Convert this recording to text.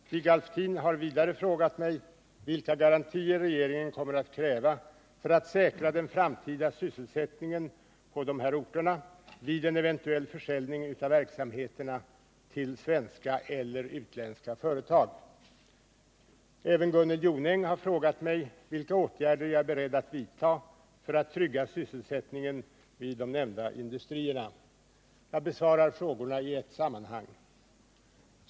Stig Alftin har vidare frågat mig vilka garantier regeringen kommer att kräva för att säkra den framtida sysselsättningen på de här orterna vid en eventuell försäljning av verksamheterna till svenska eller utländska företag. Även Gunnel Jonäng har frågat mig vilka åtgärder jag är beredd att vidta för att trygga sysselsättningen vid de nämnda industrierna. Jag besvarar frågorna i ett sammanhang.